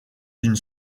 d’une